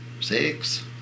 six